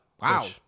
Wow